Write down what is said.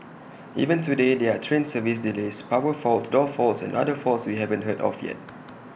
even today there are train service delays power faults door faults and other faults we haven't heard of yet